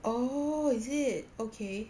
oh is it okay